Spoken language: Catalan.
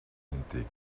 antic